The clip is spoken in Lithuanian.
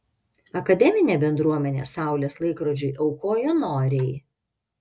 akademinė bendruomenė saulės laikrodžiui aukojo noriai